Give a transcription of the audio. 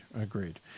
Agreed